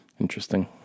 interesting